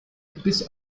bis